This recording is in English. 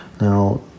Now